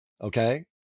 Okay